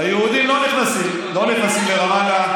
היהודים לא נכנסים, לא נכנסים לרמאללה,